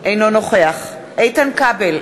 אינו נוכח איתן כבל,